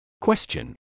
Question